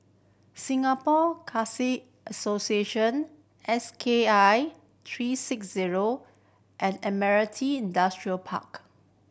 Singapore Association S K I three six zero and Admiralty Industrial Park